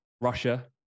Russia